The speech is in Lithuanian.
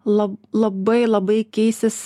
lab labai labai keisis